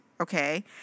Okay